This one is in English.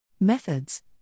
Methods